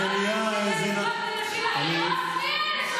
חברת הכנסת נעמה לזימי.